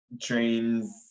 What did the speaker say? trains